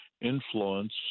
influence